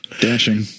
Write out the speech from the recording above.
Dashing